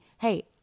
hey